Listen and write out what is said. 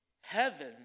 Heaven